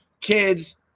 kids